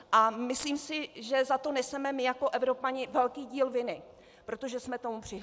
A myslím si, že za to neseme my jako Evropané velký díl viny, protože jsme tomu přihlíželi.